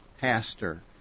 pastor